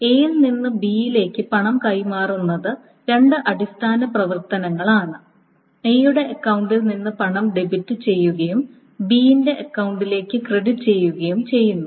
Aയിൽ നിന്ന് B യിലേക്ക് പണം കൈമാറുന്നത് രണ്ട് അടിസ്ഥാന പ്രവർത്തനങ്ങൾ ആണ് എയുടെ അക്കൌണ്ടിൽ നിന്ന് പണം ഡെബിറ്റ് ചെയ്യുകയും ബി അക്കൌണ്ടിലേക്ക് ക്രെഡിറ്റ് ചെയ്യുകയും ചെയ്യുന്നു